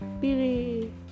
Billy